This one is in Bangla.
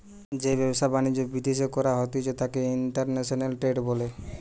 যেই ব্যবসা বাণিজ্য বিদ্যাশে করা হতিস তাকে ইন্টারন্যাশনাল ট্রেড বলে